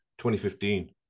2015